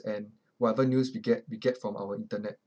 and whatever news we get we get from our internet